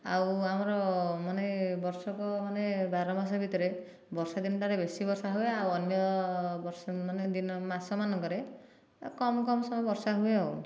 ଆଉ ଆମର ମାନେ ବର୍ଷକ ମାନେ ବାର ମାସ ଭିତରେ ବର୍ଷା ଦିନଟାରେ ବେଶୀ ବର୍ଷା ହୁଏ ଆଉ ଅନ୍ୟ ବର୍ଷ ମାନେ ଦିନ ମାସମାନଙ୍କରେ କମ କମ ସବୁ ବର୍ଷା ହୁଏ ଆଉ